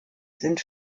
sind